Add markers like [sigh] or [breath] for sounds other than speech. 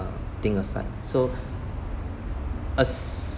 uh thing aside so [breath] a